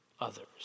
others